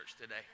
today